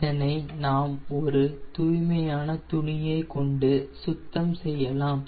இதனை நாம் ஒரு தூய்மையான துணியை கொண்டு சுத்தம் செய்யலாம்